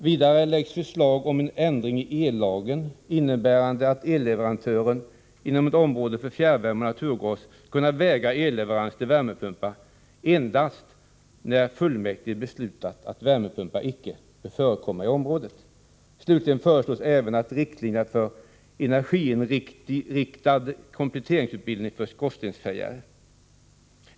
Vidare läggs förslag fram om en ändring i ellagen innebärande att en elleverantör inom ett område för fjärrvärme och naturgas skall kunna vägra elleverans till värmepumpar endast när fullmäktige beslutat att värmepumpar inte bör förekomma i området. Slutligen föreslås även riktlinjer för en energiinriktad kompletteringsutbildning för skorstensfejare.